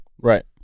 Right